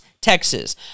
Texas